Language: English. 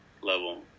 level